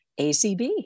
ACB